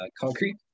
concrete